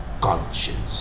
conscience